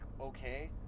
okay